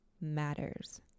matters